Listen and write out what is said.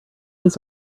does